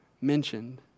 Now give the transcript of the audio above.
mentioned